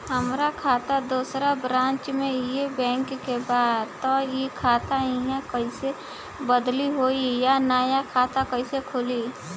हमार खाता दोसर ब्रांच में इहे बैंक के बा त उ खाता इहवा कइसे बदली होई आ नया खाता कइसे खुली?